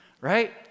right